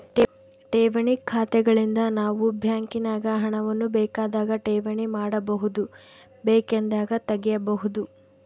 ಠೇವಣಿ ಖಾತೆಗಳಿಂದ ನಾವು ಬ್ಯಾಂಕಿನಾಗ ಹಣವನ್ನು ಬೇಕಾದಾಗ ಠೇವಣಿ ಮಾಡಬಹುದು, ಬೇಕೆಂದಾಗ ತೆಗೆಯಬಹುದು